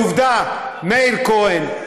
בעובדה: מאיר כהן,